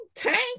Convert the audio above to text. tank